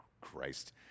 Christ